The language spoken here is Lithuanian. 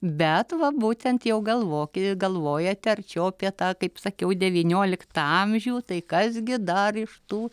bet va būtent jau galvoki galvojat arčiau apie tą kaip sakiau devynioliktą amžių tai kas gi dar iš tų